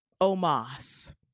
Omas